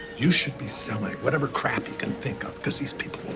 you should be selling whatever crap you can think of, cause these people